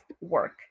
work